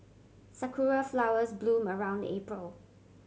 sakura flowers bloom around April